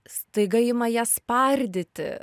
staiga ima ją spardyti